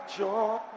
joy